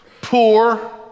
poor